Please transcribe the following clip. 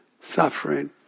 suffering